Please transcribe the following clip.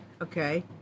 Okay